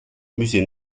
musée